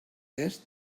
test